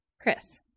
Chris